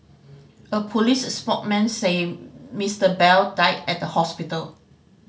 a police spoke man said Mister Bell died at the hospital